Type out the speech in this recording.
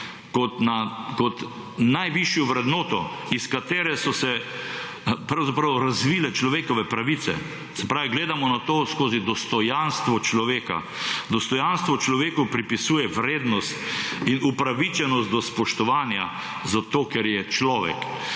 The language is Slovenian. kot najvišjo vrednoto, iz katere so se pravzaprav razvile človekove pravice, se pravi gledamo na to skozi dostojanstvo človeka. Dostojanstvo človeku pripisuje vrednost in upravičenost do spoštovanja, zato ker je človek.